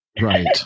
Right